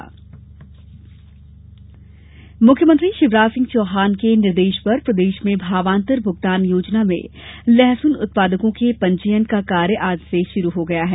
मावांतर मुख्यमंत्री शिवराज सिंह चौहान के निर्देश पर प्रदेश में भावांतर भूगतान योजना में लहसुन उत्पादकों के पंजीयन का कार्य आज से शुरू हो गया है